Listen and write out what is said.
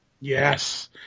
Yes